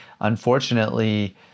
unfortunately